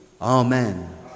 Amen